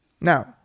Now